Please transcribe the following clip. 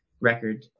record